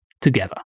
together